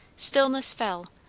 stillness fell,